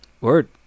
word